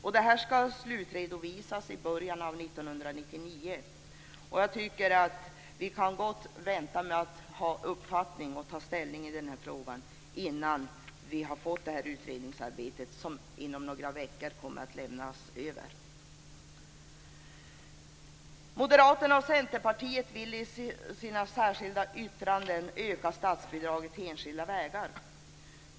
Uppdraget skall slutredovisas i början av 1999. Vi kan gott vänta med att ta ställning i den här frågan till dess att vi har fått resultatet av utredningsarbetet, som inom några veckor kommer att lämnas över. Moderaterna och Centerpartiet vill i sina särskilda yttranden öka statsbidraget till enskilda vägar.